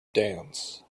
dance